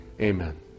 Amen